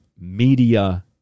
media